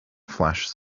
flashes